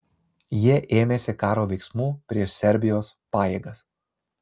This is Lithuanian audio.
jie ėmėsi karo veiksmų prieš serbijos pajėgas